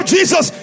Jesus